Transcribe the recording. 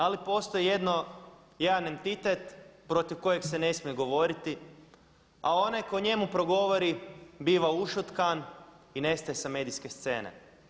Ali postoji jedan entitet protiv kojega se ne smije govoriti, a onaj tko o njemu progovori biva ušutkan i nestaje sa medijske scene.